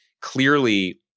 clearly